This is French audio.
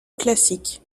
classique